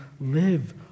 live